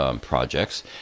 projects